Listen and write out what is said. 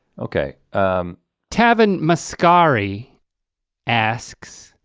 okay tavin mascari asks,